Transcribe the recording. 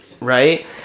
Right